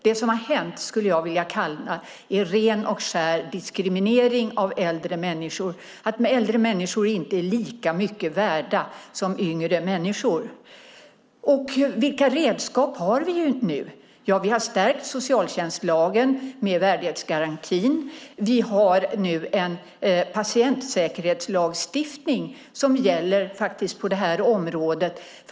Det som har hänt skulle jag vilja kalla för ren och skär diskriminering av äldre människor, som om äldre människor inte är lika mycket värda som yngre människor. Vilka redskap har vi nu? Ja, vi har stärkt socialtjänstlagen med värdighetsgarantin. Vi har nu en patientsäkerhetslagstiftning som gäller på det här området.